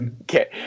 Okay